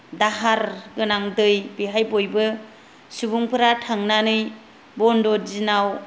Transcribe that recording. दाहार गोनां दै बेहाय बयबो सुबुंफोरा थांनानै बन्द' दिनाव